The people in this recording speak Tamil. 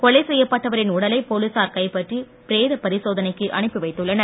கொலை செய்யப்பட்டவரின் உடலை போலீசார் கைப்பற்றி பிரேத பரிசோதனைக்கு அனுப்பிவைத்துள்ளனர்